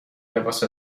لباس